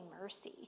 mercy